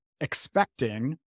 expecting